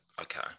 Okay